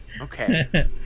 Okay